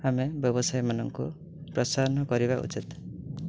ଆମେ ବ୍ୟବସାୟମାନଙ୍କୁ ପ୍ରୋତ୍ସାହନ କରିବା ଉଚିତ୍